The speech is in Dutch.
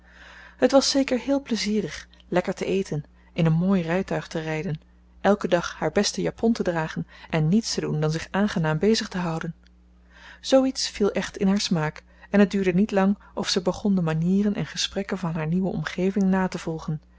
het was zeker heel plezierig lekker te eten in een mooi rijtuig te rijden elken dag haar beste japon te dragen en niets te doen dan zich aangenaam bezig te houden zooiets viel echt in haar smaak en het duurde niet lang of zij begon de manieren en gesprekken van haar nieuwe omgeving na te volgen